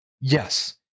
Yes